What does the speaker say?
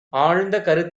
ஆழ்ந்த